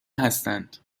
هستند